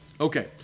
Okay